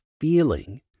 feeling